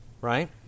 Right